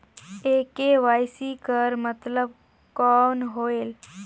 ये के.वाई.सी कर मतलब कौन होएल?